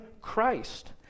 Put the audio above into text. Christ